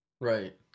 Right